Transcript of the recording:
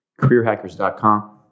CareerHackers.com